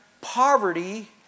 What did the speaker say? poverty